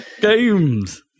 Games